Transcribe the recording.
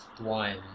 one